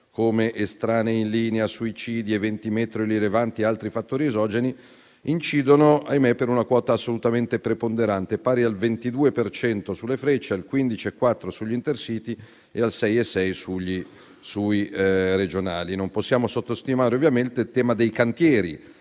come estranei in linea, suicidi, eventi meteo rilevanti e altri fattori esogeni, incidono - ahimè - per una quota assolutamente preponderante, pari al 22 per cento sulle frecce, al 15,4 sugli intercity e al 6,6 sui regionali. Non possiamo sottostimare ovviamente il tema dei cantieri